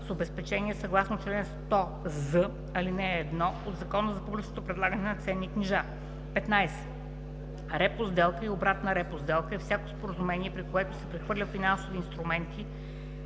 с обезпечение съгласно чл. 100з, ал. 1 от Закона за публичното предлагане на ценни книжа. 15. „Репо сделка” и „Обратна репо сделка” е всяко споразумение, при което се прехвърлят финансови инструменти,